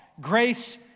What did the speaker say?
Grace